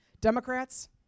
Democrats